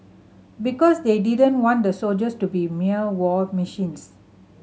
because they didn't want the soldiers to be mere war machines